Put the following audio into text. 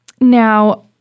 now